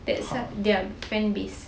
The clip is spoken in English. that's their fan base